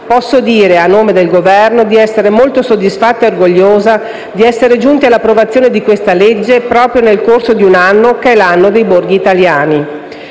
posso dire, a nome del Governo, di essere molto soddisfatta e orgogliosa di essere giunti all'approvazione di questo disegno di legge proprio nel corso di questo che è l'anno dei borghi italiani.